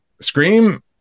scream